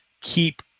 keep